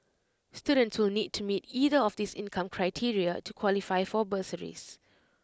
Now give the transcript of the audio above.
students will need to meet either of these income criteria to qualify for bursaries